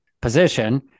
position